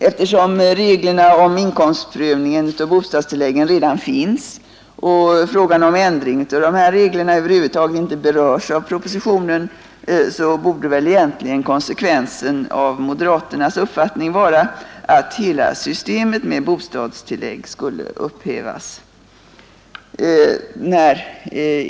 Eftersom reglerna om inkomstprövningen av bostadstilläggen redan finns och frågan om ändring av dessa regler över huvud taget inte berörs av propositionen, borde väl egentligen konsekvensen av moderaternas uppfattning vara att hela systemet med bostadstillägg skulle upphävas.